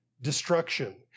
destruction